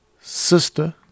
sister